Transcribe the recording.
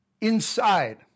inside